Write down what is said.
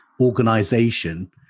organization